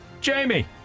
Jamie